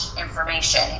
information